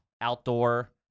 outdoor